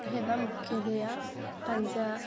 एव मुख्यतया पञ्च